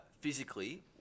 physically